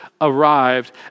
arrived